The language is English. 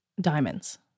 diamonds